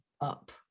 up